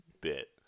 bit